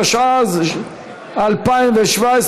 התשע"ז 2017,